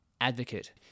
advocate